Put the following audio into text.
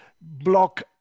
block